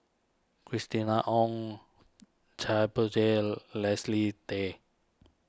Christina Ong Chia Poh Thye Leslie Tay